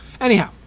anyhow